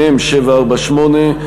מ/748,